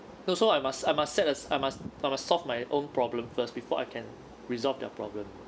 no so I must I must set aside I must I must solve my own problem first before I can resolve their problems